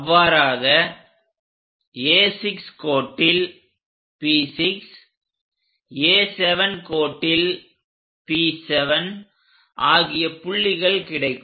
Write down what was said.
அவ்வாறாக A6 கோட்டில் P6 A7 கோட்டில் P7 ஆகிய புள்ளிகள் கிடைக்கும்